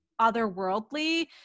otherworldly